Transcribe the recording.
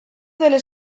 del